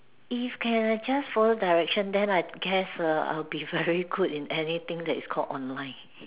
if can adjust for direction then I guess err I will be very good in anything that is called online